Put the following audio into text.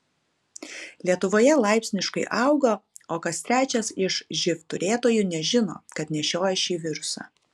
lietuvoje laipsniškai auga o kas trečias iš živ turėtojų nežino kad nešioja šį virusą